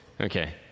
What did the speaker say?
Okay